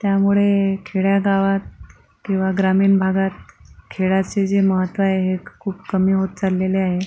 त्यामुळे खेडेगावात किंवा ग्रामीण भागात खेळाचे जे महत्त्व आहे हे खूप कमी होत चाललेले आहे